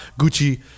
Gucci